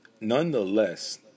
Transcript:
Nonetheless